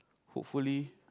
hopefully